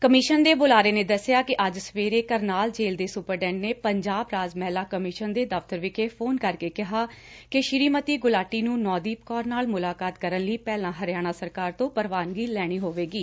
commission ਦੇ ਬੁਲਾਰੇ ਨੇ ਦਸਿਆ ਕਿ ਅੱਜ ਸਵੇਰੇ ਕਰਨਾਲ ਜੇਲ਼ ਦੇ ਸੁਪਰਡੈਂਟ ਨੇ ਪੰਜਾਬ ਰਾਜ ਮਹਿਲਾ ਕਮਿਸ਼ਨ ਦੇ ਦਫ਼ਤਰ ਵਿਖੇ ਫੋਨ ਕਰਕੇ ਕਿਹਾ ਕਿ ਸ੍ਰੀਮਤੀ ਗੁਲਾਟੀ ਨੂੰ ਨੌਦੀਪ ਕੌਰ ਨਾਲ ਮੁਲਾਕਾਤ ਕਰਨ ਲਈ ਪਹਿਲਾ ਹਰਿਆਣਾ ਸਰਕਾਰ ਤੋਂ ਪ੍ਰਵਾਨਗੀ ਲੈਣੀ ਹੋਵੇਗੀ